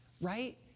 Right